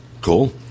Cool